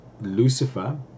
Lucifer